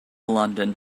london